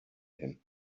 him